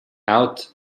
out